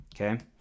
Okay